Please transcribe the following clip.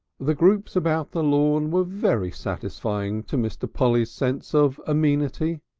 the groups about the lawn were very satisfying to mr. polly's sense of amenity.